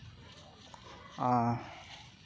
ᱟᱨ